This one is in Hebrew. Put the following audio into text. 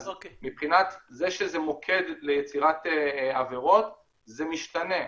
אז מבחינת זה שזה מוקד ליצירת עבירות זה משתנה,